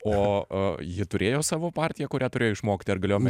o a ji turėjo savo partiją kurią turėjo išmoki ar galėjo